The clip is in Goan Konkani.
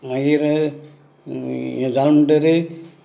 मागीर हें जालें म्हणटरी